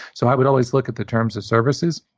so i would always look at the terms of services.